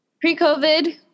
pre-COVID